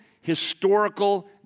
historical